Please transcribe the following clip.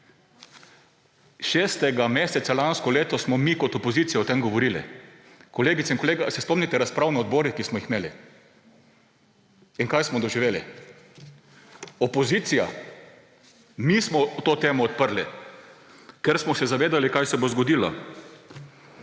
Šestega meseca lansko leto smo mi kot opozicija o tem govorili. Kolegice in kolegi, ali se spomnite razprav na odborih, ki smo jih imeli? In kaj smo doživeli? Opozicija, mi smo to temo odprli, ker smo se zavedali, kaj se bo zgodilo.